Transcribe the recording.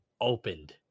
opened